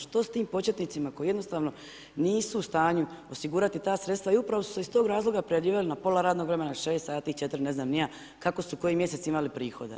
Što s tim početnicima koji jednostavno nisu u stanju osigurati ta sredstva i upravo su se iz toga razloga raspoređivali na pola radnog vremena, na 6 sati, 4, ne znam ni ja kako su koji mjesec imali prihode.